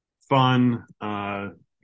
fun